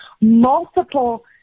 multiple